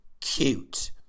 cute